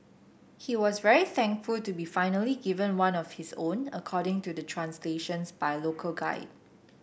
he was very thankful to be finally given one of his own according to the translations by local guide